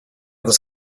this